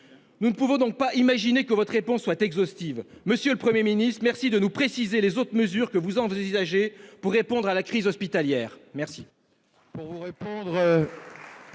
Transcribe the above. Nous ne pouvons donc pas imaginer que votre réponse soit exhaustive. Monsieur le Premier ministre, merci de nous préciser les autres mesures que vous envisagez pour répondre à la crise hospitalière !